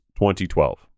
2012